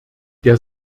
der